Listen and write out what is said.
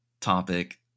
topic